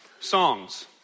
songs